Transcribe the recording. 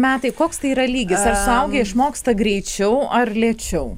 metai koks tai yra lygis ir suaugę išmoksta greičiau ar lėčiau